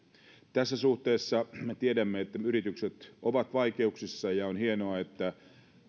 tässä suhteessa me tiedämme että yritykset ovat vaikeuksissa ja on hienoa että